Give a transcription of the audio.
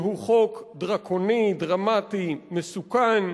שהוא חוק דרקוני, דרמטי, מסוכן,